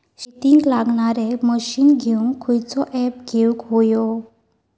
शेतीक लागणारे मशीनी घेवक खयचो ऍप घेवक होयो?